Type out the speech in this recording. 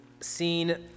seen